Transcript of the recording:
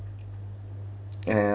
and